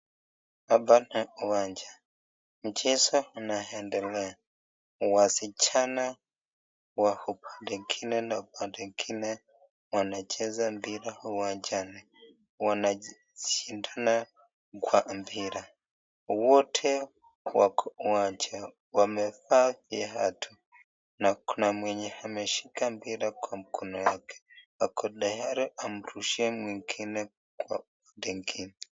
Hapa ni uwanja. Mchezo unaendelea. Wasichana wa upande ngine na upande mwingine wanacheza mpira uwanjani. Wanashindana kwa mpira. Wote wako uwanja wamevaa viatu na kuna mwenye ameshika mpira kwa mkono yake. Ako tayari amrushie mwingine kwa upande mwingine.